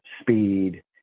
speed